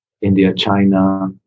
India-China